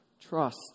Trust